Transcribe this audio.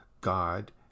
God